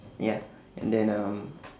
ya and then um